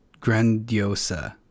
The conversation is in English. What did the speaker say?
Grandiosa